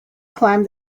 climbed